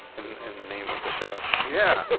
in in the name of the show yeah!